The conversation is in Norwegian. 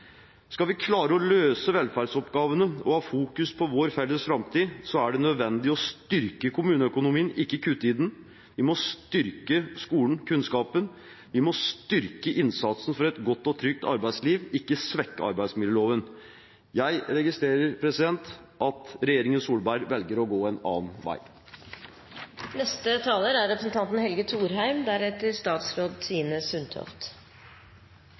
Skal vi klare å løse velferdsoppgavene og ha fokus på vår felles framtid, er det nødvendig å styrke kommuneøkonomien, ikke kutte i den. Vi må styrke skolen, kunnskapen. Vi må styrke innsatsen for et godt og trygt arbeidsliv, ikke svekke arbeidsmiljøloven. Jeg registrerer at regjeringen Solberg velger å gå en annen